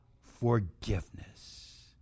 forgiveness